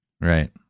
right